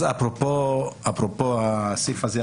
אז אפרופו הסעיף הזה,